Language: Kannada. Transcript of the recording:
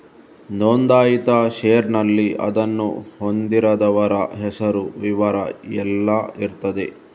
ನೋಂದಾಯಿತ ಷೇರಿನಲ್ಲಿ ಅದನ್ನು ಹೊಂದಿದವರ ಹೆಸರು, ವಿವರ ಎಲ್ಲ ಇರ್ತದೆ